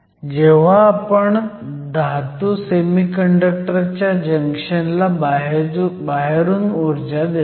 जेव्हा आपण धातू सेमीकंडक्टर च्या जंक्शनला बाहेरून ऊर्जा देतो